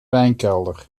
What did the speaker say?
wijnkelder